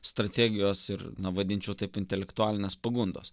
strategijos ir na vadinčiau taip intelektualinės pagundos